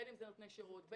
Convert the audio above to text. נותני שירות,